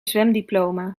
zwemdiploma